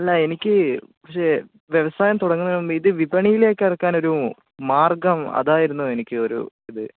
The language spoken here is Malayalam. അല്ല എനിക്ക് പഷേ വ്യവസായം തുടങ്ങുന്നതിന് മുമ്പ് ഇത് വിപണിയിലേക്കിറക്കാനൊരു മാർഗ്ഗം അതായിരുന്നു എനിക്ക് ഒരു ഇത്